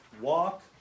Walk